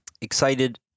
Excited